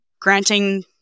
granting